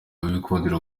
b’igikundiro